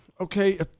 okay